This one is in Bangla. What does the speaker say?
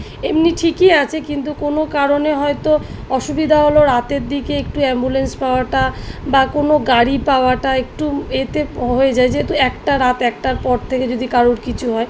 এমনি ঠিকই আছে কিন্তু কোনো কারণে হয়তো অসুবিধা হলেও রাতের দিকে একটু অ্যাম্বুলেন্স পাওয়াটা বা কোনো গাড়ি পাওয়াটা একটু এতে হয়ে যায় যেহেতু একটা রাত একটার পর থেকে যদি কারোর কিছু হয়